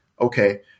Okay